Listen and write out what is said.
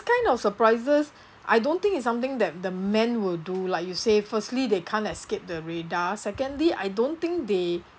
kind of surprises I don't think is something that the men will do like you say firstly they can't escape the radar secondly I don't think they